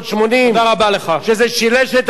שזה שילש את עצמו.